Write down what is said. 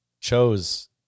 chose